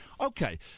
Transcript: Okay